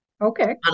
Okay